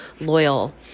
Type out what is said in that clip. loyal